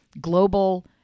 global